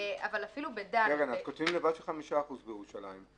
אנחנו כותבים לבד ש-5% בירושלים.